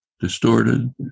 Distorted